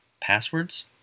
passwords